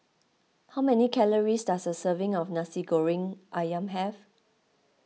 how many calories does a serving of Nasi Goreng Ayam have